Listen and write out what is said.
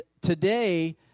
today